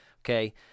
Okay